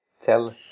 Tell